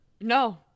No